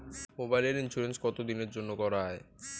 মোবাইলের ইন্সুরেন্স কতো দিনের জন্যে করা য়ায়?